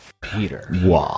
Peter